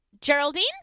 Geraldine